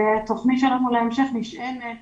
התוכנית שלנו בהמשך שענת